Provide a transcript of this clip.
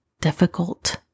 difficult